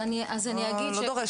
זה לא דורש כאן יותר מדי.